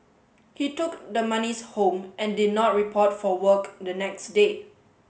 he took the monies home and did not report for work the next day